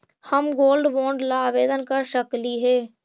हम gold bond ला आवेदन कर सकली हे?